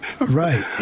Right